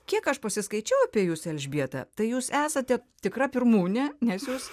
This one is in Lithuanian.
kiek aš pasiskaičiau apie jus elžbieta tai jūs esate tikra pirmūnė nes jūs